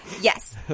Yes